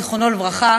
זיכרונה לברכה,